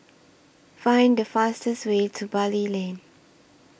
Find The fastest Way to Bali Lane